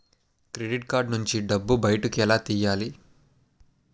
Credit card నుంచి డబ్బు బయటకు ఎలా తెయ్యలి?